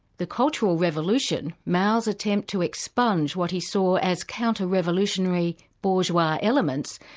the cultural revolution, mao's attempt to expunge what he saw as counter-revolutionary bourgeois elements,